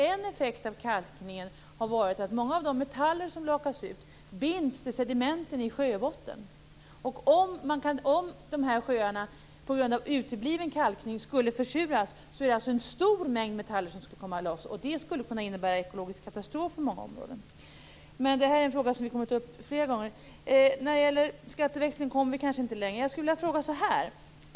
En effekt av kalkningen har varit att många av de metaller som lakas ut binds till sedimenten på sjöbotten. Om dessa sjöar på grund av utebliven kalkning skulle försuras skulle en stor mängd metaller komma loss. Det skulle kunna innebära en ekologisk katastrof för många områden. Men det är en fråga som vi kommer att ta upp fler gånger. När det gäller skatteväxling kommer vi kanske inte längre. Jag skulle vilja ställa en fråga.